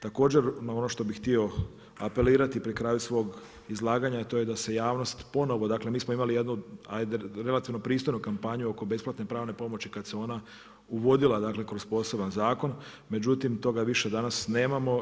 Također ono što bi htio apelirati pri kraju svog izlaganja, a to je da se javnost ponovo, dakle mi smo imali jednu relativnu pristojnu kampanju oko besplatne pravne pomoći kada se ona uvodila kroz poseban zakon, međutim toga više danas nemamo.